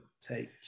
take